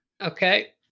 Okay